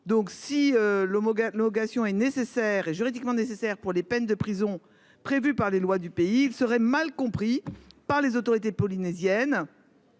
Même si l'homologation est juridiquement nécessaire pour les peines de prison prévues par les lois du pays, il serait mal compris par les autorités polynésiennes